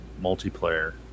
multiplayer